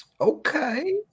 Okay